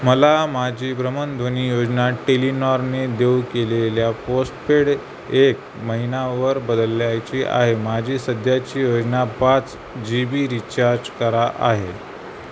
मला माझी भ्रमणध्वनी योजना टेलिनॉरने देऊ केलेल्या पोस्टपेड एक महिना वर बदलायची आहे माझी सध्याची योजना पाच जी बी रीचार्ज करा आहे